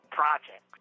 project